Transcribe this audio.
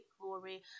glory